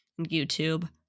YouTube